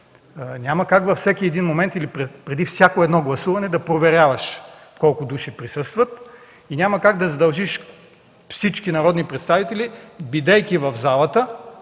няма как във всеки един момент или преди всяко гласуване да проверяваш колко души присъстват. Няма как да задължиш всички народни представители, бидейки в залата,